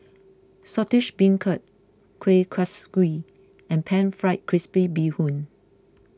Saltish Beancurd Kuih Kaswi and Pan Fried Crispy Bee Hoon